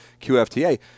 QFTA